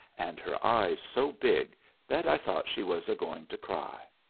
and her eyes so big that i thought she was a-going to cry.